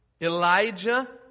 Elijah